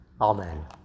Amen